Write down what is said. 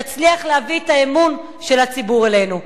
תצליח להביא את האמון של הציבור אלינו.